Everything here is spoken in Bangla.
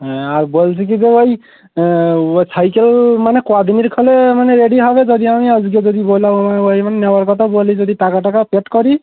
হ্যাঁ আর বলছি কী যে ওই ও সাইকেল মানে ক দিনের খোলে মানে রেডি হবে যদি আমি আজকে যদি বলা হয় হয় মানে নেওয়ার কথা বলি যদি টাকা টাকা পেড করি